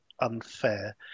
unfair